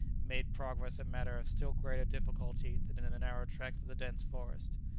made progress a matter of still greater difficulty than in the narrow tracks of the dense forest.